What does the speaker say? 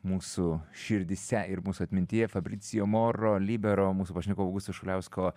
mūsų širdyse ir mūsų atmintyje fabricio moro libero mūsų pašnekovų augusto šuliausko